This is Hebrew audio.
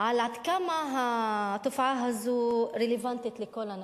על עד כמה התופעה הזו רלוונטית לכל הנשים,